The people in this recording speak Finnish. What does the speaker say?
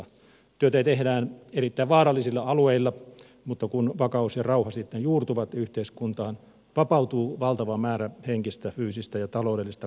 työtä tehdään erittäin vaarallisilla alueilla mutta kun vakaus ja rauha sitten juurtuvat yhteiskuntaan vapautuu valtava määrä henkistä fyysistä ja taloudellista kapasiteettia kehitykselle